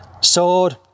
sword